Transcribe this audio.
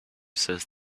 says